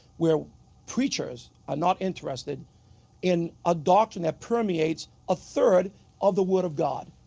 where preachers are not interested in a doctrine that permeates a third of the word of god.